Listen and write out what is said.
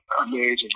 amazing